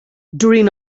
during